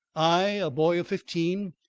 i, a boy of fifteen,